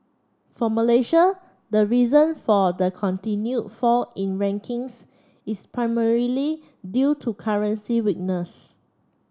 for Malaysia the reason for the continued fall in rankings is primarily due to currency weakness